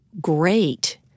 great